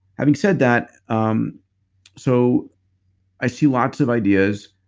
having said that, um so i see lots of ideas,